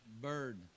bird